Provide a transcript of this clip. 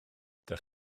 ydych